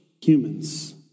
humans